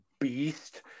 beast